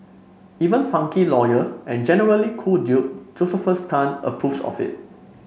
even funky lawyer and generally cool dude Josephus Tan approves of it